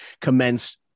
commence